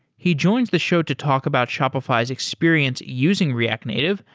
he joins the show to talk about shopify's experience using react native,